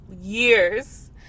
years